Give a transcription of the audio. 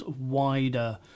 wider